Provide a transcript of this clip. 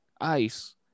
ice